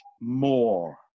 more